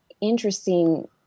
interesting